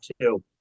two